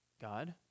God